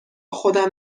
خودم